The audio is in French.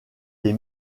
des